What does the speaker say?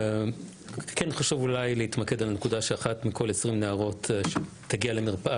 כן חשוב אולי להתמקד בנקודה שאחת מכל 20 נערות שתגיע למרפאה